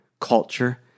culture